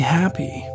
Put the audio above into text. happy